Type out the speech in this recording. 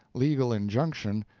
legal injunction,